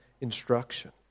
instruction